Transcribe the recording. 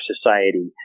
society